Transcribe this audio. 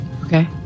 Okay